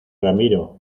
ramiro